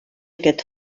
aquest